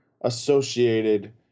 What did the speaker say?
associated